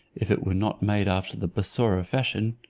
if it were not made after the bussorah fashion.